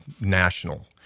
national